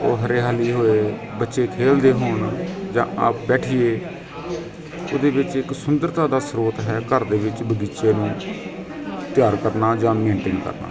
ਉਹ ਹਰਿਆਲੀ ਹੋਏ ਬੱਚੇ ਖੇਡੇਦੇ ਹੋਣ ਜਾਂ ਆਪ ਬੈਠੀਏ ਉਹਦੇ ਵਿੱਚ ਇੱਕ ਸੁੰਦਰਤਾ ਦਾ ਸਰੋਤ ਹੈ ਘਰ ਦੇ ਵਿੱਚ ਬਗੀਚੇ ਨੂੰ ਤਿਆਰ ਕਰਨਾ ਜਾਂ ਮੈਨਟੈਨ ਕਰਨਾ